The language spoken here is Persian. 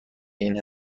این